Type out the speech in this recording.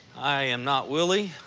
i am not willie,